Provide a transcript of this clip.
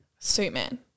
Suitman